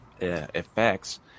effects